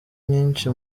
nyinshi